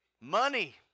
Money